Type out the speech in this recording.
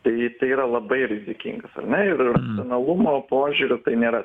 ry tai yra labai rizikingas ar ne ir normalumo požiūriu tai nėra